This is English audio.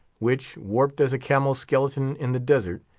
which, warped as a camel's skeleton in the desert,